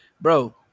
bro